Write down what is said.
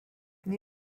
new